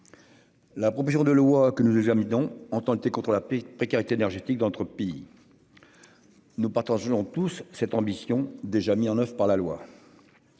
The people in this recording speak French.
La progression de loi que nous deux amidon entend lutter contre la paix précarité énergétique d'entropie. Nous partageons tous cette ambition, déjà mis en oeuvre par la loi.